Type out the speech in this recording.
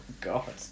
God